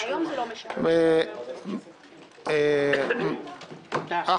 ולא יהיו להם